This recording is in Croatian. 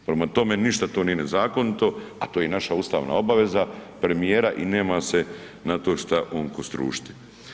Prema tome, ništa to nije nezakonito, a to je i naša ustavna obveza, premijera i nema na to šta on kostrušiti.